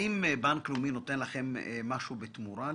האם בנק לאומי נותן לכם משהו בתמורה לזה?